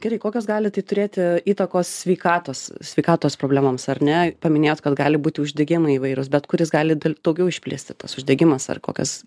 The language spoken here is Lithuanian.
gerai kokios gali tai turėti įtakos sveikatos sveikatos problemoms ar ne paminėjot kad gali būti uždegimai įvairūs bet kuris gali dėl daugiau išplisti tas uždegimas ar kokios